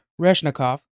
Reshnikov